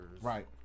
Right